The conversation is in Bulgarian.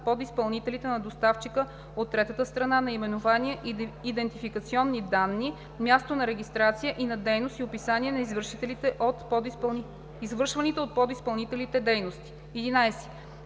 подизпълнителите на доставчика от третата страна – наименование, идентификационни данни, място на регистрация и на дейност и описание на извършваните от подизпълнителите дейности;